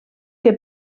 que